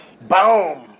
Boom